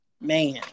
Man